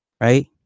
right